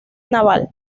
naval